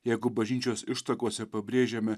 jeigu bažnyčios ištakose pabrėžiame